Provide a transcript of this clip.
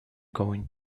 going